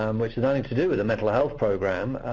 um which has nothing to do with the mental health program.